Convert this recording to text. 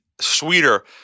sweeter